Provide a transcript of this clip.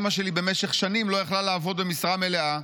אימא שלי במשך שנים לא יכלה לעבוד במשרה מלאה,